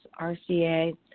RCA